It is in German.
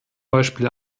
beispiel